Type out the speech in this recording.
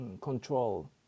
control